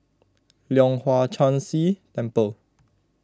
Leong Hwa Chan Si Temple